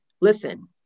listen